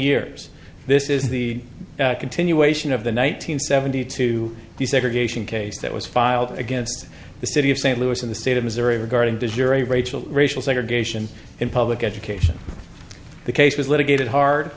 years this is the continuation of the one nine hundred seventy two desegregation case that was filed against the city of st louis in the state of missouri regarding the jury rachel racial segregation in public education the case was litigated hard